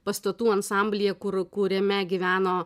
pastatų ansamblyje kur kuriame gyveno